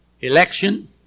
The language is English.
election